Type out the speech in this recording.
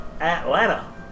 Atlanta